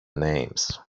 names